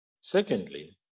Secondly